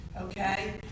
Okay